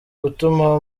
gutuma